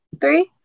Three